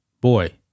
Boy